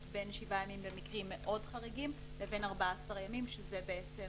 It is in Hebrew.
בין שבעה ימים למקרים מאוד חריגים לבין 14 ימים שזה הזמן